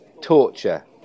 torture